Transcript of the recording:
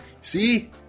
See